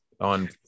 on –